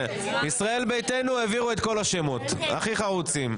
ישראל ביתנו העבירו את כל השמות, הכי חרוצים.